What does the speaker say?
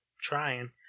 trying